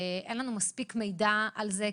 אין לנו מספיק מידע על זה,